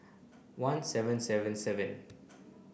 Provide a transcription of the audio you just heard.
one seven seven seven